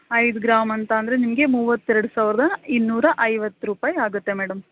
ಐದು ಗ್ರಾಮ್ ಅಂತ ಅಂದರೆ ನಿಮಗೆ ಮೂವತ್ತೆರಡು ಸಾವಿರದ ಇನ್ನೂರ ಐವತ್ತು ರೂಪಾಯಿ ಆಗುತ್ತೆ ಮೇಡಮ್